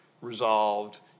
resolved